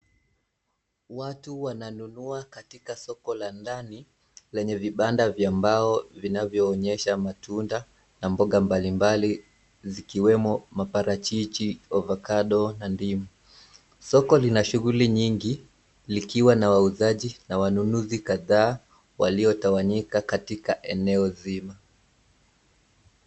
Watu wananunua katika soko la ndani lenye vibanda vya mbao vinavyoonyesha matunda na mboga mbalimbali zikiwemo maparachichi avocado na ndimu. Soko lina shughuli nyingi likiwa na wauzaji na wanunuzi kadhaa waliotawanyika katika eneo zima.